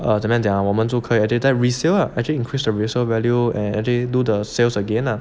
err 怎么样讲 ah 我们就可以在 resale lah actually can increase the resale value and they actually do the sales again lah